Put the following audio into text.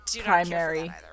primary